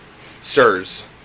Sirs